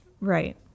Right